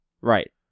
Right